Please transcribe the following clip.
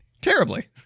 Terribly